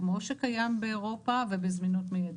-- כמו שקיים באירופה ובזמינות מיידית.